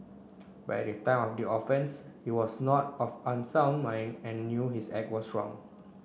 but at the time of the offence he was not of unsound mind and knew his act was wrong